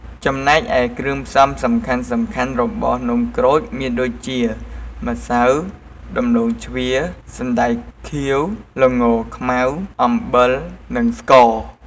ចំណែកឯគ្រឿងផ្សំសំខាន់ៗរបស់នំក្រូចមានដូចជា ម្សៅ ដំឡូងជ្វា សណ្ដែកខៀវ ល្ងខ្មៅ អំបិល និងស្ករ។